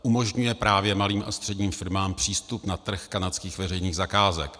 Umožňuje právě malým a středním firmám přístup na trh kanadských veřejných zakázek.